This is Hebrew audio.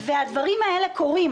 והדברים האלה קורים.